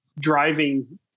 driving